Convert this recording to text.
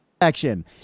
action